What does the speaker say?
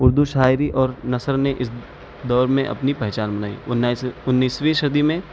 اردو شاعری اور نثر نے اس دور میں اپنی پہچان بنائی انیس انیسویں صدی میں